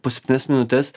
po septynias minutes